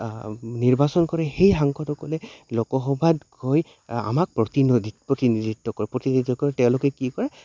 নিৰ্বাচন কৰে সেই সাংসদসকলে লোকসভাত গৈ আমাক প্ৰতিনধিত প্ৰতিনিধিত্ব কৰে প্ৰতিনিধিত্ব কৰে তেওঁলোকে কি কৰে